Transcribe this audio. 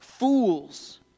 fools